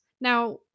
Now